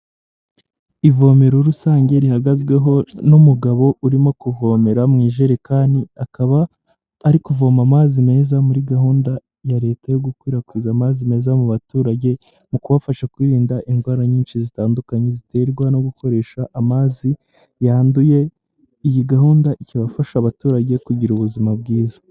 Ivomero rusange rihagazweho n'umugabo urimo kuvomera mu ijerekani, akaba ari kuvoma amazi meza muri gahunda ya leta yo gukwirakwiza amazi meza mu baturage mu kubafasha kwirinda indwara nyinshi zitandukanye ziterwa no gukoresha amazi yanduye, iyi gahunda ikaba ifasha abaturage kugira ubuzima bwiza.